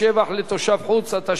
התשע"א 2011,